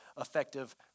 effective